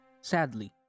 Sadly